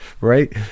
Right